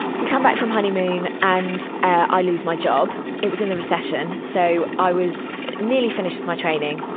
we come back from honeymoon and, ah, i lose my job. it was in the recession, so i was nearly finished with my training,